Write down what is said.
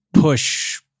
push